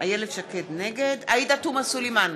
עאידה תומא סלימאן,